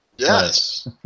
Yes